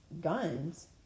Guns